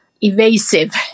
evasive